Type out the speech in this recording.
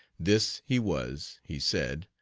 this he was, he said,